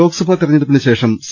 ലോക്സഭാ തെരഞ്ഞെടുപ്പിന് ശേഷം സി